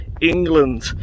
england